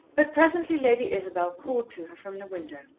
but presently lady isabel called to her from the window,